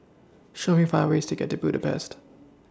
Show Me five ways to get to Budapest